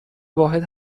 واحد